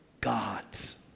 gods